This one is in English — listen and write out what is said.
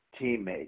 teammate